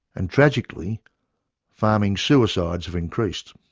and tragically farming suicides have increased.